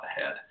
ahead